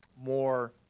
more